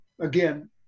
again